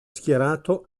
schierato